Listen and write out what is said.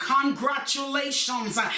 congratulations